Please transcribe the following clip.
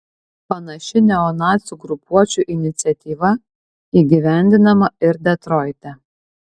panaši neonacių grupuočių iniciatyva įgyvendinama ir detroite